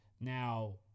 Now